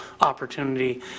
opportunity